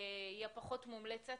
היא הפחות מומלצת,